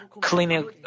cleaning